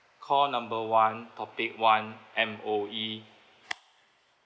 call number one topic one M_O_E